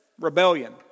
rebellion